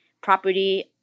property